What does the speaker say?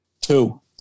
Two